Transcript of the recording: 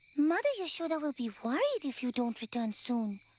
mother yashoda will be worried if you don't return soon.